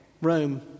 Rome